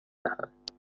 دهند